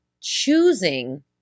choosing